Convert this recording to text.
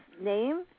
name